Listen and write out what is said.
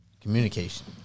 communication